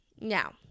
Now